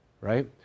Right